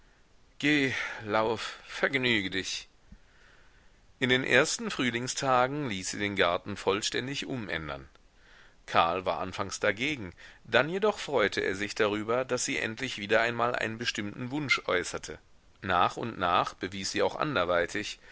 geh lauf vergnüge dich in den ersten frühlingstagen ließ sie den garten vollständig umändern karl war anfangs dagegen dann jedoch freute er sich darüber daß sie endlich wieder einmal einen bestimmten wunsch äußerte nach und nach bewies sie auch anderweitig